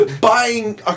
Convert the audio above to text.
buying